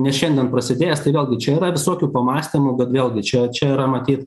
ne šiandien prasidėjęs tai vėlgi čia yra visokių pamąstymų bet vėlgi čia čia yra matyt